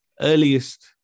earliest